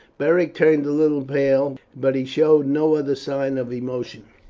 beric turned a little pale, but he showed no other sign of emotion.